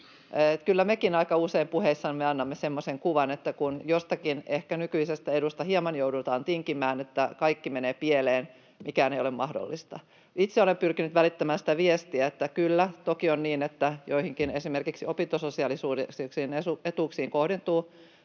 Kyllä mekin aika usein puheissamme annamme semmoisen kuvan, että kun jostakin, ehkä nykyisestä edusta, hieman joudutaan tinkimään, niin kaikki menee pieleen, mikään ei ole mahdollista. Itse olen pyrkinyt välittämään sitä viestiä, että kyllä, toki on niin, että joihinkin, esimerkiksi opintososiaalisiin, etuuksiin kohdentuu